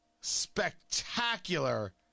spectacular